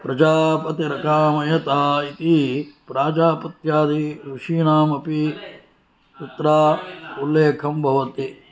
प्रजापतिर्कामयता इति प्राजापत्यादि ऋषीणामपि तत्र उल्लेखं भवति